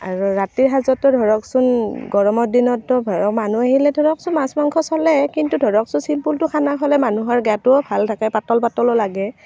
আৰু ৰাতিৰ সাঁজতো ধৰকচোন গৰমৰ দিনততো ঘৰৰ মানুহ আহিলে ধৰকচোন মাছ মাংস চলে কিন্তু ধৰকচোন ছিম্পুলটো খানা হ'লে মানুহৰ গাটোও ভাল থাকে পাতল পাতল লাগে